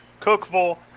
Cookville